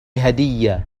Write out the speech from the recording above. هدية